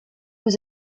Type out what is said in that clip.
was